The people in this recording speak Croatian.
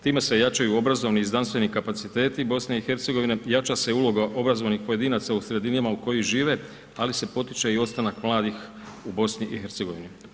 Time se jačaju obrazovni i znanstveni kapaciteti BiH-a, jača se uloga obrazovanih pojedinaca u sredinama u kojima žive ali se potiče i ostanak mladih u BiH-u.